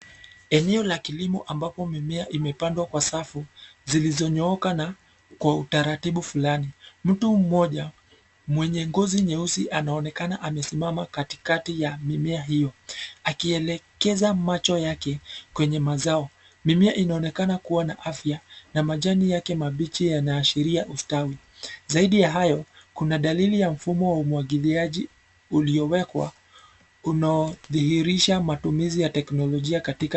Eneo la kilimo ambapo mimea imepandwa kwa safu, zilizonyooka na, kwa utaratibu fulani, mtuu mmoja, mwenye ngozi nyeusi anaonekana amesimama katikati ya mimea hio, akielekeza macho yake, kwenye mazao, mimea inaonekana kuwa na afya, na majani yake mabichi yanaashiria ustawi, zaidi ya hayo, kuna dalili ya mfumo wa umwagiliaji, uliowekwa, unaothihirisha matumizi ya teknolojia katika.